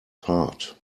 part